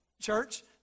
church